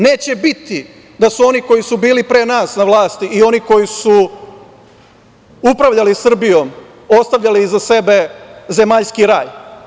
Neće biti da su oni koji su bili pre nas na vlasti i oni koji su upravljali Srbijom ostavljali iza sebe zemaljski raj.